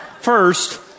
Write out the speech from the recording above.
first